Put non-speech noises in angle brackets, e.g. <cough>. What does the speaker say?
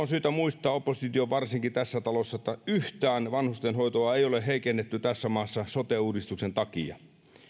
<unintelligible> syytä muistaa varsinkin tässä talossa että vanhustenhoitoa ei ole yhtään heikennetty tässä maassa sote uudistuksen takia